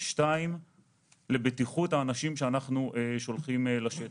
שתיים - לבטיחות האנשים שאנחנו שולחים לשטח,